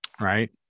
Right